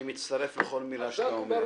אני מצטרף לכל מילה שאתה אומר.